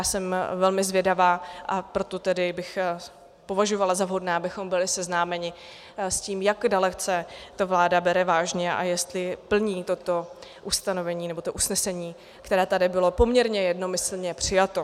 Jsem velmi zvědavá, a proto bych tedy považovala za vhodné, abychom byli seznámeni s tím, jak dalece to vláda bere vážně a jestli plní toto ustanovení nebo usnesení, které tady bylo poměrně jednomyslně přijato.